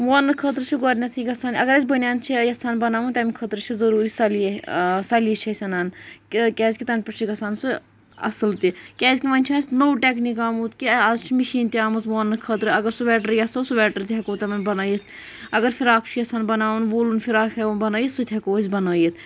وونہٕ خٲطرٕ چھُ گۄڈٕنٮ۪تھٕے گَژھان اگر أسۍ بٔنیان چھِ یژھان بناوٕنۍ تَمہِ خٲطرٕ چھِ ضروری سَلیہِ سَلیہِ چھِ أسۍ اَنان کیاہ کیازِ کہِ تیمہِ پٮ۪ٹھ چھُ گَژھان سُہ اصل تہِ کیازِ کہِ ووںۍ چھُ اَسہِ نٔو ٹیکنیٖک آمُت کہِ اَز چھِ مِشیٖن تہِ آمٕژ وونہٕ خٲطرٕ اگر سُویٹرٕ یَژھو سُویٹر تہِ ہیٚکو تِمَن بَنٲوِتھ اگر فِراک چھُ یژھان بناوُن وولَن فِراک ہیمو بنٲوِتھ سُہ تہِ ہیٚکو أسۍ بنٲوِتھ